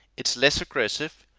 it's less aggressive.